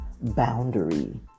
boundary